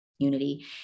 unity